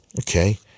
okay